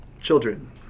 Children